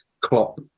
Klopp